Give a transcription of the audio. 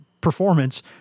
performance